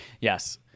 Yes